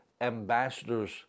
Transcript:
ambassadors